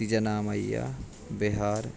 तीजा नाम आई गेआ बिहार